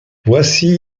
voici